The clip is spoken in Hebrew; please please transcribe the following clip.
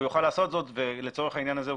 הוא יוכל לעשות זאת ולצורך העניין הזה הוא